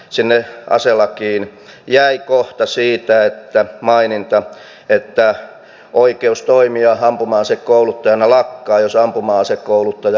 sinne aselakiin jäi maininta siitä että oikeus toimia ampuma asekouluttajana lakkaa jos ampuma asekouluttaja kuolee